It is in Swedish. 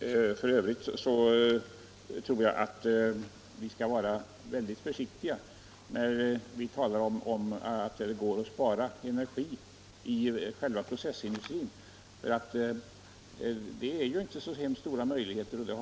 ö. tror jag vi skall vara försiktiga med att påstå att det går att spara energi inom processindustrin. Det finns inte så stora möjligheter till det.